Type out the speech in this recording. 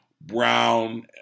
Brown